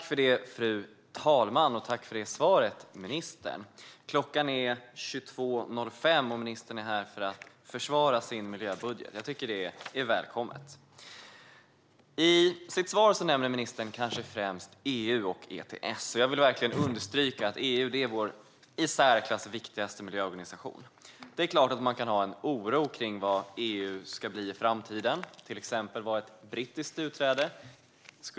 Fru talman! Tack för svaret, ministern! Klockan är 22:05, och ministern är här för att försvara sin miljöbudget. Det är välkommet. I sitt svar nämner ministern kanske främst EU och ETS. Jag vill verkligen understryka att EU är vår i särklass viktigaste miljöorganisation. Man kan såklart känna oro för vad EU ska bli i framtiden, till exempel vad ett brittiskt utträde kommer att innebära.